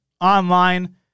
online